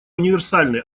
универсальны